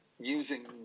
using